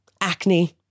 acne